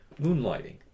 Moonlighting